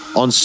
on